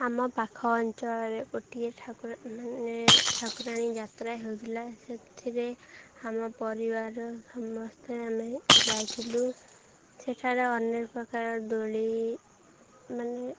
ଆମ ପାଖ ଅଞ୍ଚଳରେ ଗୋଟିଏ ଠାକୁରା ମାନେ ଠାକୁରାଣୀ ଯାତ୍ରା ହେଉଥିଲା ସେଥିରେ ଆମ ପରିବାର ସମସ୍ତେ ଆମେ ଯାଇଥିଲୁ ସେଠାରେ ଅନେକ ପ୍ରକାର ଦୋଳି ମାନେ